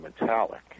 metallic